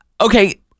Okay